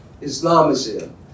Islamism